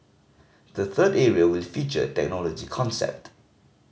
the third area will feature technology concept